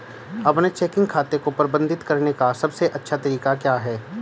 अपने चेकिंग खाते को प्रबंधित करने का सबसे अच्छा तरीका क्या है?